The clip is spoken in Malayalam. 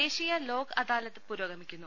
ദേശീയ ലോക് അദാലത്ത് പുരോഗമിക്കുന്നു